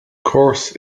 course